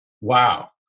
Wow